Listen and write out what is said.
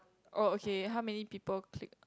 oh okay how many people click